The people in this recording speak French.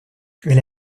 elle